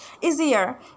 easier